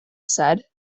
said